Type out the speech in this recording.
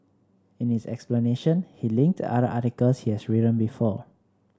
in his explanation he linked other articles he has written before